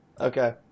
Okay